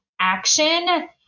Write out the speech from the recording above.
action